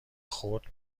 خود